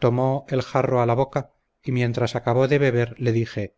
tomó el jarro a la boca y mientras acabó de beber le dije